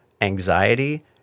anxiety